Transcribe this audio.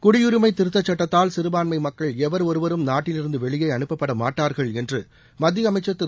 குடியுரிமை திருத்தச் சுட்டத்தால் சிறுபான்மை மக்கள் எவர் ஒருவரும் நாட்டிலிருந்து வெளியே அனுப்பப்படமாட்டார்கள் என்று மத்திய அமைச்சர் திரு